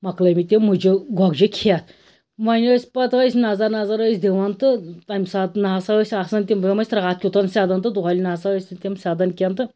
مۅکلٲومٕتۍ تِم مُجہِ گۅگجہِ کھٮ۪تھ وۅنۍ ٲسۍ پَتہٕ ٲسۍ نظر نظر أسۍ دوان تہٕ تَمہِ ساتہٕ نہَ سا ٲسۍ آسن تِم زن ٲسۍ راتھ کٮُ۪تھ سیٚدان تہٕ دۄہلہِ نَسا ٲسۍ نہٕ تِم سیٚدان کیٚنٛہہ تہٕ